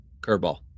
curveball